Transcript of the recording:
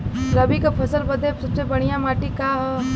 रबी क फसल बदे सबसे बढ़िया माटी का ह?